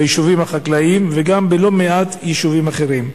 ביישובים החקלאיים וגם בלא מעט יישובים אחרים.